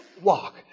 walk